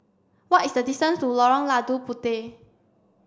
what is the distance to Lorong Lada Puteh